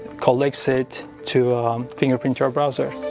collects it to fingerprint your browser.